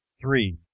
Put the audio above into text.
Three